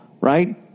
right